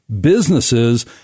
Businesses